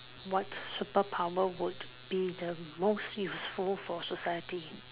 what superpower would be the most useful for society